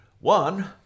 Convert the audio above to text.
One